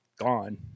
gone